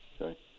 Okay